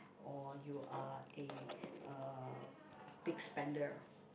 or you are a uh big spender